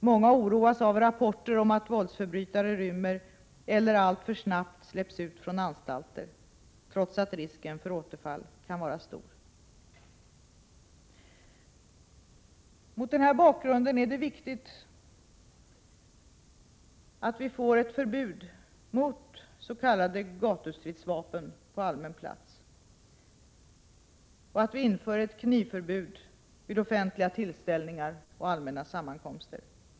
Många oroas av rapporter om att våldsförbrytare rymmer eller alltför snabbt släpps ut från anstalterna, trots att risken för återfall kan vara stor. Mot denna bakgrund är det viktigt att vi får ett förbud mot s.k. gatustridsvapen på allmän plats och knivförbud på offentliga tillställningar och allmänna sammankomster.